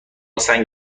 سنگ